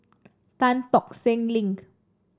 Tan Tock Seng Link